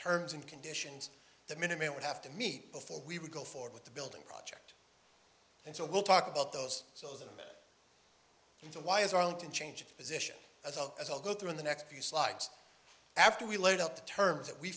terms and conditions that minimum would have to meet before we would go forward with the building project and so we'll talk about those so that the why is arlington change position as well as i'll go through in the next few slides after we laid out the terms that we